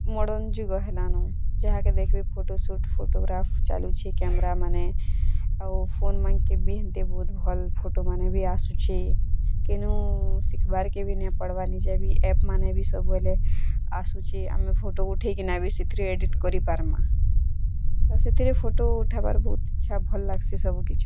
modern ଯୁଗ ହେଲାନ ଯାହାକେ ଦେଖବେ ଫଟୋ ସୁଟ୍ ଫୋଟଗ୍ରାଫ ଚାଲିଛେ କ୍ୟାମେରା ମାନେ ଆଉ ଫୋନ୍ ମାନକେ ବି ହେନ୍ତି ବହୁତ ଭଲ୍ ଫଟୋମାନେ ବି ଆସୁଛେ କେନୁ ଶିଖବାର୍କେ ବି ନାଇଁ ପଡ଼ବା ନିଜେ ବି ଆପ ମାନେ ବି ସବୁ ହେଲେ ଆସୁଛେ ଆମେ ଫଟୋ ଉଠେଇକିନା ବି ସେଥିର୍ ଏଡ଼ିଟ୍ କରି ପାର୍ମା ତ ସେଥିରେ ଫଟୋ ଉଠାବାର ବହୁତ ଇଚ୍ଛା ଭଲ ଲାଗ୍ସି ସବୁ କିଛୁ